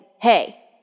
Hey